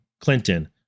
Clinton